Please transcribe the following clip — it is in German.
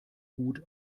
gut